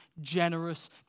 generous